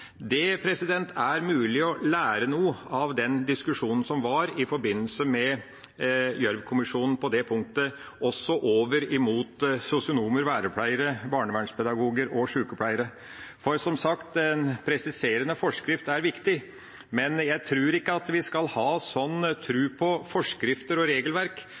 Det er mulig å lære noe av den diskusjonen som var på det punktet i forbindelse med Gjørv-kommisjonen – også for sosionomer, vernepleiere, barnevernspedagoger og sjukepleiere. For – som sagt – en presiserende forskrift er viktig, men jeg tror ikke vi skal ha så stor tro på forskrifter og regelverk